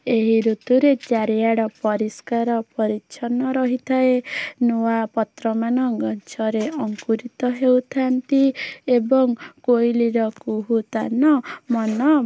ଏହି ଋତୁରେ ଚାରିଆଡ଼ ପରିଷ୍କାର ପରିଚ୍ଛନ ରହିଥାଏ ନୂଆ ପତ୍ରମାନ ଗଛରେ ଅଙ୍କୁରିତ ହେଉଥାନ୍ତି ଏବଂ କୋଇଲିର କୁହୁତାନ ମନ